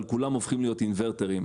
אבל כולם יהפכו להיות אינוורטרים.